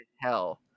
hell